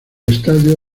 estadio